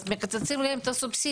אז מקצצים להם את הסובסידיה.